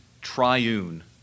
triune